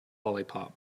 lollipop